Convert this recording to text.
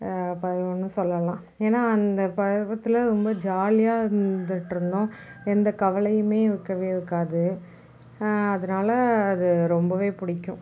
பதிவுன்னு சொல்லலாம் ஏன்னால் அந்த பருவத்தில் ரொம்ப ஜாலியாக இருந்துகிட்டுருந்தோம் எந்த கவலையுமே இருக்கவே இருக்காது அதனால அது ரொம்பவே பிடிக்கும்